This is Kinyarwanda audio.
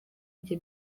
njye